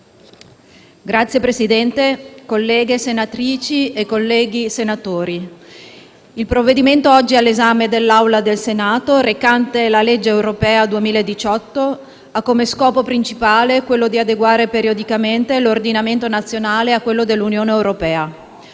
Signor Presidente, colleghe senatrici e colleghi senatori, il provvedimento oggi all'esame dell'Aula del Senato, recante la legge europea 2018, ha come scopo principale quello di adeguare periodicamente l'ordinamento nazionale a quello dell'Unione europea.